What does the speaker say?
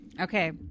Okay